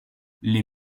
les